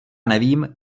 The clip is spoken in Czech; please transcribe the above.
nevím